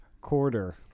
Quarter